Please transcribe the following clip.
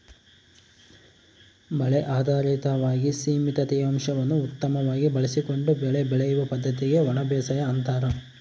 ಮಳೆ ಆಧಾರಿತವಾಗಿ ಸೀಮಿತ ತೇವಾಂಶವನ್ನು ಉತ್ತಮವಾಗಿ ಬಳಸಿಕೊಂಡು ಬೆಳೆ ಬೆಳೆಯುವ ಪದ್ದತಿಗೆ ಒಣಬೇಸಾಯ ಅಂತಾರ